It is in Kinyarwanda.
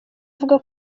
avuga